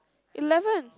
eleven